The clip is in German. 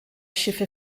schiffe